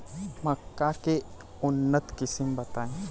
मक्का के उन्नत किस्म बताई?